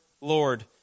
Lord